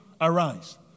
arise